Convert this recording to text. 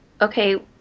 okay